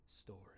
story